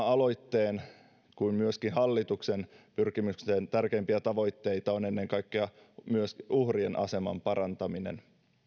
aloitteen kuin myöskin hallituksen pyrkimysten tärkeimpiä tavoitteita on ennen kaikkea myös uhrien aseman parantaminen